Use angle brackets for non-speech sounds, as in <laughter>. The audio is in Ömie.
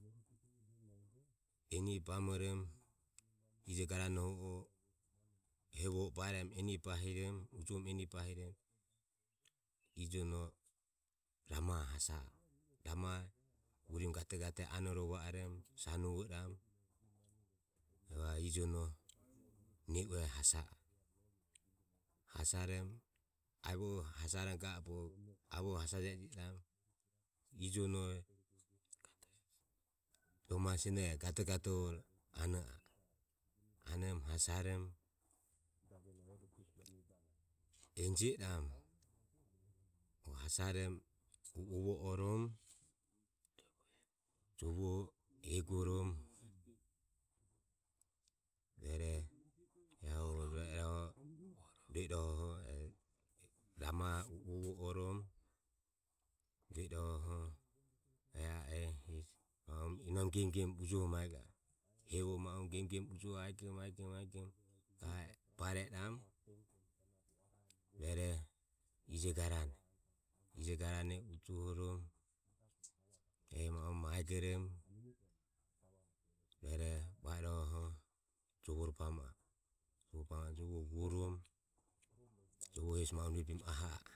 <noise> Eni bamoromo, ijo garano hu o hevo huo o eni ro baihiromo evaro ijono ro bai hiromo. Evaro vao ijono vao hasaroim ga ah e bogo avoho hasaje eh jio iramu rohu ijonon rohu maho seno gaogato huro anoromo hasarom eni jio iramu rohu has arum u ovorum jovoho eguorum rueroro rueiroho ramaho uo vo orum rue iroho eh a eh inom gemu gemu ujuorum rohu hevo ma uemu gem gem ujuoho aigom aigom vao bare iramu. Rueroho ijo garan, ijo garane ujuohorm ehi ma uemu aigorum <noise> rueroho vai iroho jovoro bamo a eh, jovo ho vu orum, <noise> jovo hesi ma rueromo aho a eh.